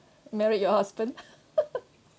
married your husband